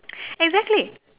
exactly